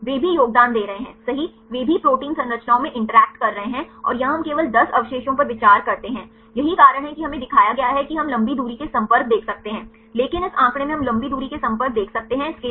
वे भी योगदान दे रहे हैंसही वे भी प्रोटीन संरचनाओं में इंटरैक्टकर रहे हैं और यहां हम केवल 10 अवशेषों पर विचार करते हैं यही कारण है कि हमें दिखाया गया है कि हम लंबी दूरी के संपर्क देख सकते हैं लेकिन इस आंकड़े में हम लंबी दूरी के संपर्क देख सकते हैं इसके लिए